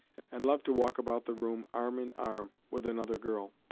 and loved to walk about the room arm in arm with another girl.